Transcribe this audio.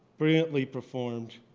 brilliantly performed.